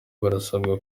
barasabwa